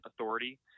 authority